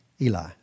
Eli